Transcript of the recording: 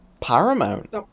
Paramount